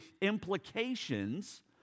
implications